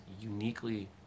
uniquely